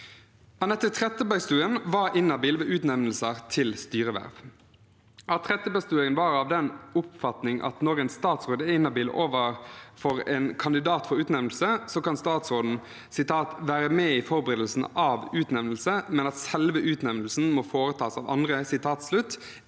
Anette Trettebergstuen var inhabil ved utnevnelser til styreverv. At Trettebergstuen var av den oppfatning at når en statsråd er inhabil overfor en kandidat for utnevnelse, kan statsråden «være med i forberedelsene av utnevnelse, men at selve utnevnelsen må foretas av andre»,